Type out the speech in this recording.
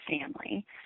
family